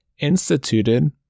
Instituted